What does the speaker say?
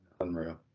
unreal